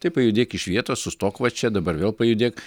tai pajudėk iš vietos sustok va čia dabar vėl pajudėk